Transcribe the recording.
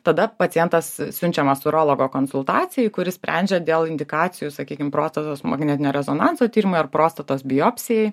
tada pacientas siunčiamas urologo konsultacijai kuris sprendžia dėl indikacijų sakykim prostatos magnetinio rezonanso tyrimui ar prostatos biopsijai